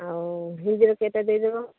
ଆଉ ହିନ୍ଦୀର କେଇଟା ଦେଇଦେବ